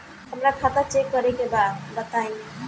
हमरा खाता चेक करे के बा बताई?